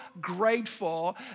grateful